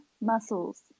Muscles